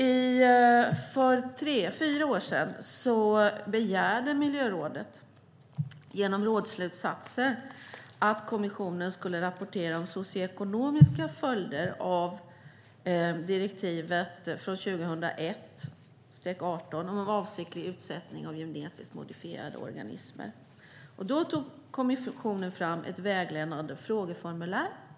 För fyra år sedan begärde miljörådet genom rådsslutsatser att kommissionen skulle rapportera om socioekonomiska följder av direktivet 2001/18 om avsiktlig utsättning av genetiskt modifierade organismer. Då tog kommissionen fram ett vägledande frågeformulär.